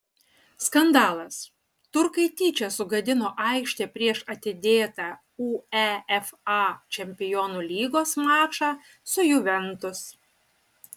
skandalas turkai tyčia sugadino aikštę prieš atidėtą uefa čempionų lygos mačą su juventus